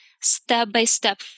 step-by-step